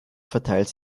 verteilt